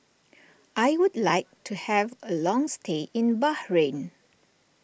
I would like to have a long stay in Bahrain